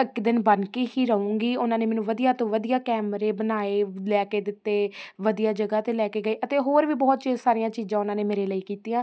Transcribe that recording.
ਇੱਕ ਦਿਨ ਬਣ ਕੇ ਹੀ ਰਹੂੰਗੀ ਉਹਨਾਂ ਨੇ ਮੈਨੂੰ ਵਧੀਆ ਤੋਂ ਵਧੀਆ ਕੈਮਰੇ ਬਣਾਏ ਲੈ ਕੇ ਦਿੱਤੇ ਵਧੀਆ ਜਗ੍ਹਾ 'ਤੇ ਲੈ ਕੇ ਗਏ ਅਤੇ ਹੋਰ ਵੀ ਬਹੁਤ ਚੀਜ਼ ਸਾਰੀਆਂ ਚੀਜ਼ਾਂ ਉਹਨਾਂ ਨੇ ਮੇਰੇ ਲਈ ਕੀਤੀਆਂ